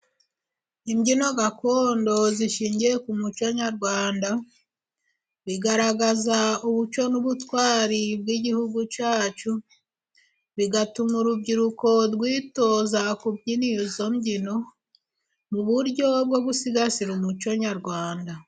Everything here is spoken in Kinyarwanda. Imbyino gakondo zishingiye ku muco nyarwanda bigaragaza ubuco n'ubutwari bw'igihugu cyacu, bigatuma urubyiruko rwitoza kubyina izo mbyino mu buryo bwo gusigasira umuco nyarwanda.